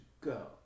go